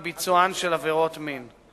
את ביצוען של עבירות מין.